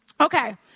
Okay